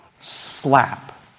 Slap